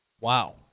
Wow